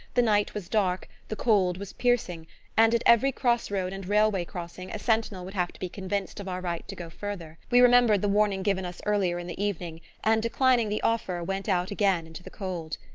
the night was dark, the cold was piercing and at every cross-road and railway crossing a sentinel would have to be convinced of our right to go farther. we remembered the warning given us earlier in the evening, and, declining the offer, went out again into the cold.